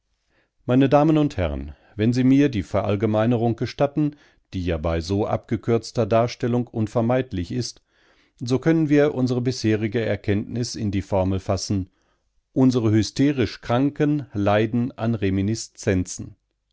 meine damen und herren wenn sie mir die verallgemeinerung gestatten die ja bei so abgekürzter darstellung unvermeidlich ist so können wir unsere bisherige erkenntnis in die formel fassen unsere hysterisch kranken leiden an reminiszenzen